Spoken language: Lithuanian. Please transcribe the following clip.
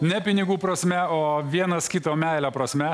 ne pinigų prasme o vienas kito meilę prasme